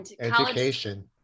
education